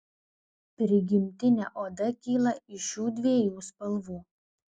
prigimtinė oda kyla iš šiu dviejų spalvų